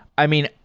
i mean,